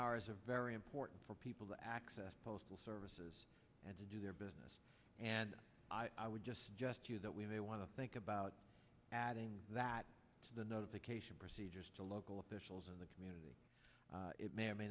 hours a very important for people to access postal services and to do their business and i would just suggest to you that we may want to think about adding that to the notification procedures to local officials in the community it may or may